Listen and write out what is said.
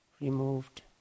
removed